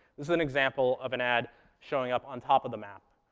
this is an example of an ad showing up on top of the map.